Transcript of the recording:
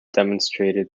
demonstrated